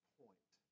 point